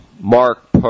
Mark